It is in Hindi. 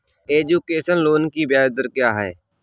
एजुकेशन लोन की ब्याज दर क्या है?